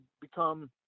become